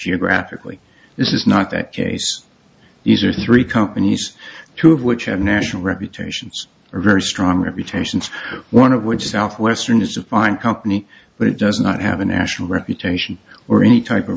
geographically this is not the case these are three companies two of which have national reputations are very strong reputations one of which southwestern is a fine company but it does not have a national reputation or any type of